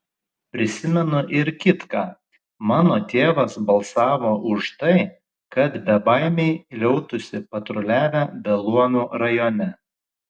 prisimenu ir kitką mano tėvas balsavo už tai kad bebaimiai liautųsi patruliavę beluomių rajone